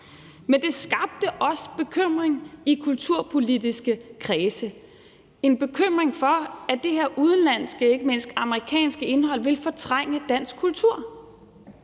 Men det skabte også bekymring i kulturpolitiske kredse; bekymring for, at det her udenlandske og ikke mindst amerikanske indhold ville fortrænge dansk kultur.